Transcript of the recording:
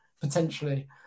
potentially